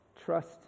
Trust